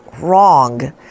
wrong